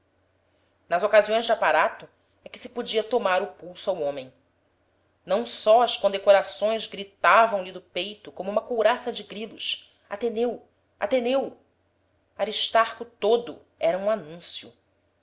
nas ocasiões de aparato é que se podia tomar o pulso ao homem não só as conde corações gritavam lhe do peito como uma couraça de grilos ateneu ateneu aristarco todo era um anúncio